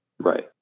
Right